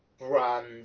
brand